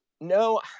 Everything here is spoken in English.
No